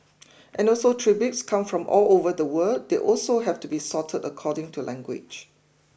and also tributes come from all over the world they also have to be sorted according to language